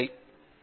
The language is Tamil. பேராசிரியர் பி